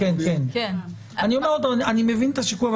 אני מבין את השיקול,